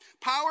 Power